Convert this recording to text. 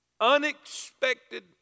Unexpected